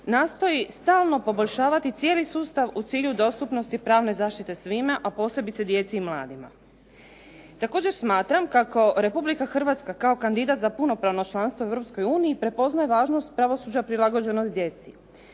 nastoji stalno poboljšavati cijeli sustav u cilju dostupnosti pravne zaštite svima, a posebice djeci i mladima. Također smatram kako Republika Hrvatska kao kandidat za punopravno članstvo u Europskoj uniji prepoznaje važnost pravosuđa prilagođenost djeci.